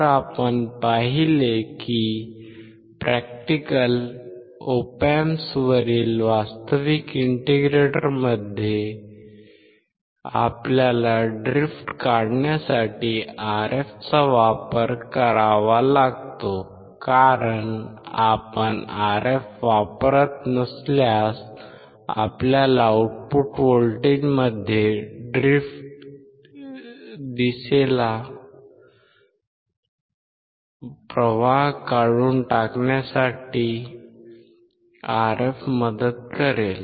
तर आपण पाहिले आहे की प्रॅक्टिकल Op Amps वरील वास्तविक इंटिग्रेटरमध्ये आपल्याला ड्रिफ्ट काढण्यासाठी Rf चा वापर करावा लागतो कारण आपण Rf वापरत नसल्यास आपल्याला आउटपुट व्होल्टेज मध्ये ड्रिफ्ट दिसेलहा प्रवाह काढून टाकण्यासाठी Rf मदत करेल